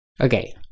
Okay